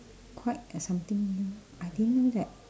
quite the something ah I didn't know that